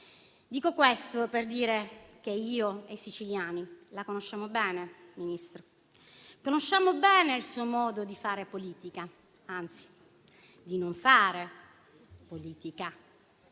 Dico questo per dire che io e i siciliani la conosciamo bene, Ministro. Conosciamo bene il suo modo di fare politica, anzi di non fare politica,